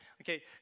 Okay